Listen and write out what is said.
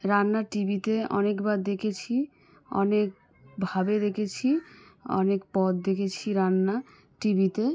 রান্না টিভিতে অনেকবার দেখেছি অনেকভাবে দেখেছি অনেক পদ দেখেছি রান্না টিভিতে